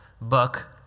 book